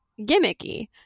gimmicky